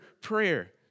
prayer